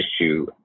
issue